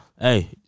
Hey